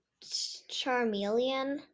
Charmeleon